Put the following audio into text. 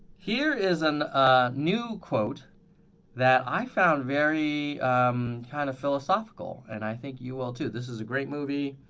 here is and a new quote that i found very um kind of philosophical and i think you will too. this is a great movie.